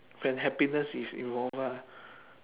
when happiness is involve ah